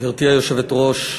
גברתי היושבת-ראש,